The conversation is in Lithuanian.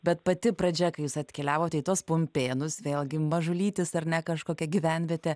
bet pati pradžia kai jūs atkeliavote į tuos pumpėnus vėlgi mažulytis ar ne kažkokia gyvenvietė